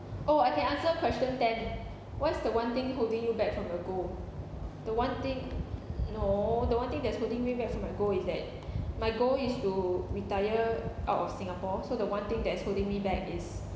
oh I can answer question ten what's the one thing holding you back from your goal the one thing no the one thing that's holding me back from my goal is that my goal is to retire out of singapore so the one thing that's holding me back is